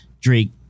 Drake